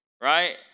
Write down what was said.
right